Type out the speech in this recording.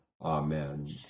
Amen